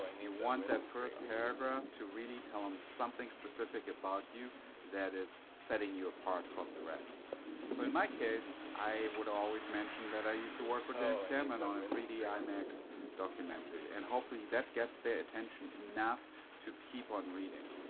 you want that first paragraph to really tell em something specific about you that is setting you apart from the rest. so in my case, i would always mention that i use to work for james cameron on a three d imax documentary and hopefully that gets their attention enough to keep on reading.